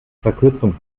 verkürzung